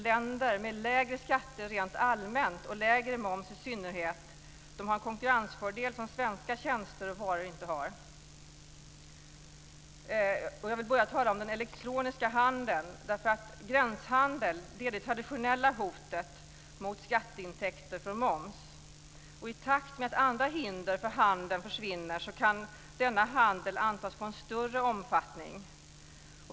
Länder med lägre skatter rent allmänt och lägre moms i synnerhet har en konkurrensfördel som svenska tjänster och varor inte har. Jag vill börja med den elektroniska handeln. Gränshandel är det traditionella hotet mot skatteintäkter för moms. I takt med att andra hinder för handeln försvinner kan denna handel antas få en större omfattning.